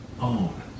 own